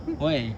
!huh!